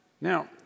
Now